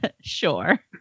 sure